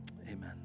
Amen